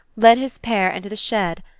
led his pair into the shed,